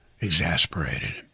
exasperated